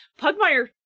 Pugmire